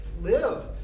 Live